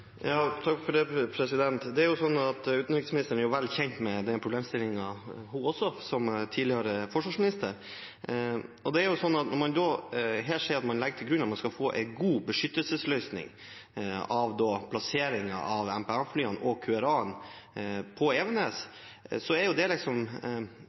Utenriksministeren er vel kjent med den problemstillingen hun også, som tidligere forsvarsminister. Når man her sier at man legger til grunn at man skal få en god beskyttelsesløsning av plasseringen av MPA-flyene og QRA-ene på